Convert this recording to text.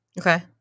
Okay